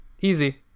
easy